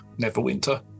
Neverwinter